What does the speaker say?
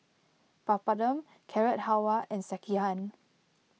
Papadum Carrot Halwa and Sekihan